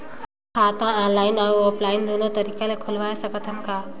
खाता ऑनलाइन अउ ऑफलाइन दुनो तरीका ले खोलवाय सकत हन का?